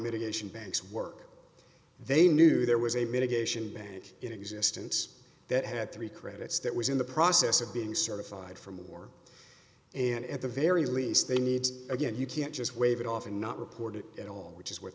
mitigation banks work they knew there was a medication bank in existence that had three credits that was in the process of being certified for more and at the very least they need again you can't just wave it off and not report it at all which is what